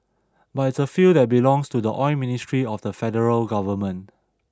but it's a field that belongs to the oil ministry of the federal government